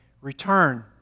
return